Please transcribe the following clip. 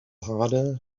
harder